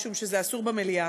משום שזה אסור במליאה,